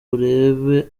urebe